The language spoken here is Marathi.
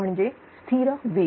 म्हणजे स्थिर वेग